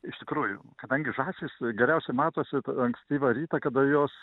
iš tikrųjų kadangi žąsys geriausiai matosi ankstyvą rytą kada jos